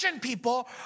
people